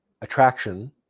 attraction